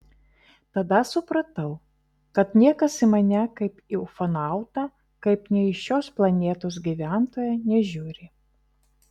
tada supratau kad niekas į mane kaip į ufonautą kaip ne į šios planetos gyventoją nežiūri